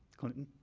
clinton?